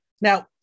Now